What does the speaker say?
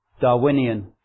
Darwinian